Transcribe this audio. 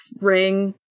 ring